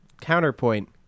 counterpoint